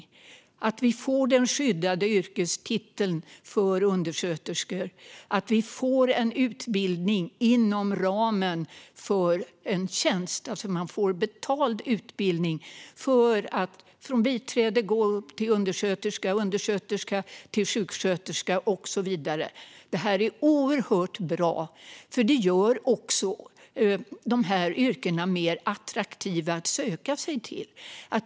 Det gäller att vi får den skyddade yrkestiteln för undersköterskor och en utbildning inom ramen för en tjänst. De anställda får betald utbildning för att gå från biträde upp till undersköterska och från undersköterska till sjuksköterska och så vidare. Det är oerhört bra. Det gör de yrkena mer attraktiva att söka sig till.